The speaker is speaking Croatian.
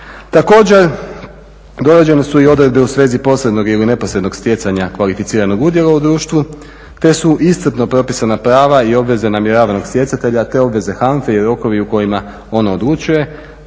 Također, dorađene su i odredbe u svezi posrednog ili neposrednog stjecanja kvalificiranog udjela u društvu te su iscrpno propisana prava i obveze namjeravanog stjecatelja te obveze HANFA-e i rokovi u kojima ono odlučuje